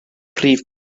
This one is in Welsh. prif